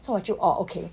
so 我就 orh okay